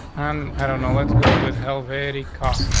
i'm i don't know. let's go with hell. very car.